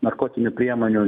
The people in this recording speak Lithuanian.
narkotinių priemonių